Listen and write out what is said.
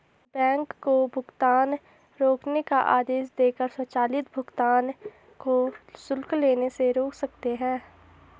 bank को भुगतान रोकने का आदेश देकर स्वचालित भुगतान को शुल्क लेने से रोक सकते हैं